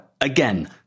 again